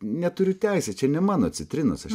neturiu teisės čia ne mano citrinos aš